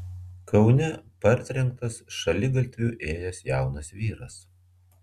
kaune partrenktas šaligatviu ėjęs jaunas vyras